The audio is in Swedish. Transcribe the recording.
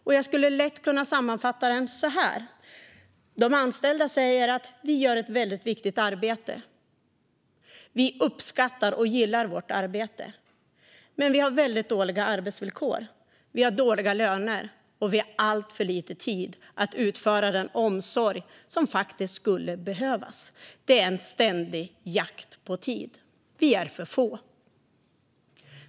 Den kan lätt sammanfattas så här: De anställda säger "Vi gör ett väldigt viktigt arbete. Vi uppskattar och gillar vårt arbete. Men vi har väldigt dåliga arbetsvillkor. Vi har dåliga löner, och vi har alltför lite tid att utföra den omsorg som faktiskt skulle behövas. Det är en ständig jakt på tid. Vi är för få."